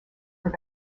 for